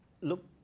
look